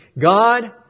God